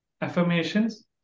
affirmations